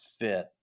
fit